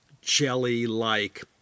jelly-like